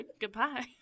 goodbye